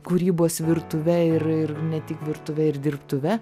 kūrybos virtuve ir ir ne tik virtuve ir dirbtuve